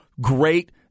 great